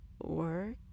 Work